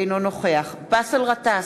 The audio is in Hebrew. אינו נוכח באסל גטאס,